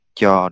cho